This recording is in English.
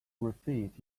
refit